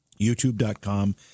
YouTube.com